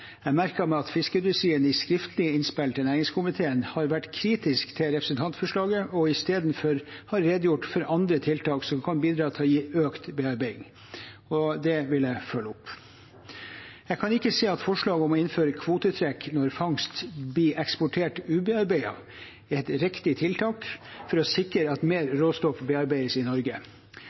Jeg merker meg at fiskeindustrien i skriftlige innspill til næringskomiteen har vært kritisk til representantforslaget og istedenfor har redegjort for andre tiltak som kan bidra til å gi økt bearbeiding. Det vil jeg følge opp. Jeg kan ikke se at forslaget om å innføre kvotetrekk når fangst blir eksportert ubearbeidet, er et riktig tiltak for å sikre at mer råstoff bearbeides i Norge.